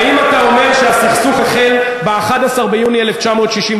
האם אתה אומר שהסכסוך החל ב-11 ביוני 1967?